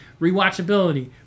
rewatchability